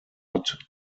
not